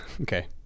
okay